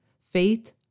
faith